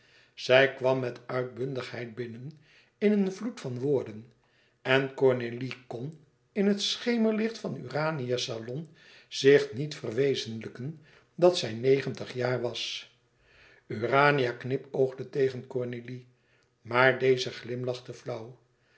zij kwam met uitbundigheid binnen in een vloed van woorden en cornélie kon in het schemerlicht van urania's salon zich niet verwezenlijken dat zij negentig jaar was urania knipoogde tegen cornélie maar deze glimlachte flauw